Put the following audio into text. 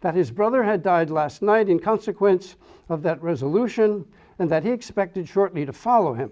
that his brother had died last night in consequence of that resolution and that he expected shortly to follow him